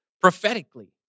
prophetically